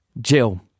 Jill